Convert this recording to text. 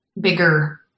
bigger